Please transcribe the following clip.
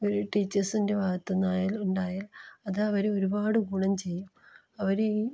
ഒരു ടീച്ചേഴ്സിൻ്റെ ഭാഗത്ത് നിന്നായാലും ഉണ്ടായാൽ അത് അവരെ ഒരുപാട് ഗുണം ചെയ്യും അവരിൽ